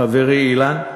חברי אילן,